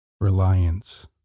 Reliance